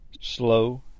Slow